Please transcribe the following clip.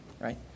right